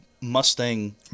Mustang